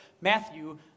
Matthew